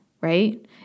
right